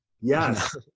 Yes